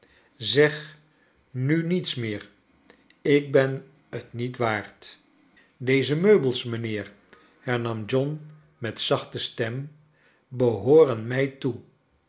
zeg nu niets meer ik ben het niet waard kleine dorrit deze meubels mijnheer hernam john met zachte stem behooren mij toe